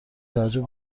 تعجب